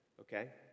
okay